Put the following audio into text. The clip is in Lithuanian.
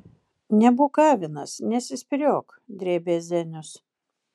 nebūk avinas nesispyriok drėbė zenius